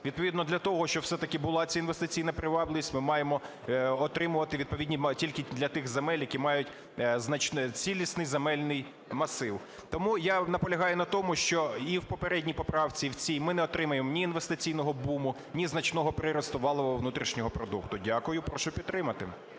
Відповідно для того, щоб все-таки була ця інвестиційна привабливість, ми маємо отримувати відповідні тільки для тих земель, які мають цілісний земельний масив. Тому я наполягаю на тому, що і в попередній поправці, і в цій ми не отримаємо ні інвестиційного буму, ні значного приросту валового внутрішнього продукту. Дякую. Прошу підтримати.